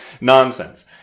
nonsense